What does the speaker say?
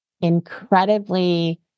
incredibly